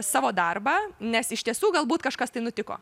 savo darbą nes iš tiesų galbūt kažkas tai nutiko